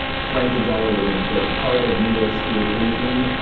frankenthaler was an important part of new york school painting,